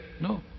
No